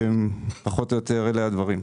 פחות או יותר אלה הדברים.